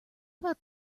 about